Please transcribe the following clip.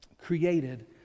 created